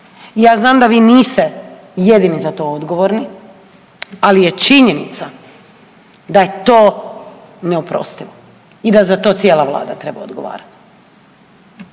Ja znam da vi niste jedini za to odgovorni ali je činjenica da je to neoprostivo. I da za to cijela Vlada treba odgovarati.